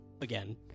Again